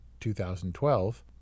2012